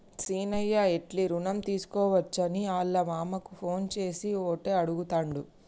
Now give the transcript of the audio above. సీనయ్య ఎట్లి రుణం తీసుకోవచ్చని ఆళ్ళ మామకు ఫోన్ చేసి ఓటే అడుగుతాండు